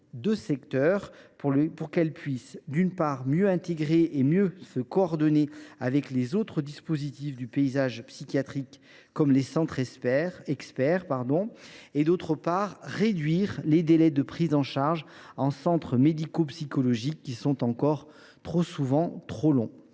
de secteur pour qu’elle puisse, d’une part, mieux se coordonner avec les autres dispositifs du paysage psychiatrique comme les centres experts et, d’autre part, réduire les délais de prise en charge en centre médico psychologique, qui sont souvent encore trop longs.